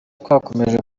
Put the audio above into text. twakomeje